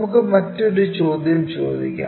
നമുക്ക് മറ്റൊരു ചോദ്യം ചോദിക്കാം